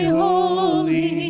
holy